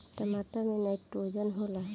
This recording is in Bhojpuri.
टमाटर मे नाइट्रोजन होला?